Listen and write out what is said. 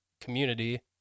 community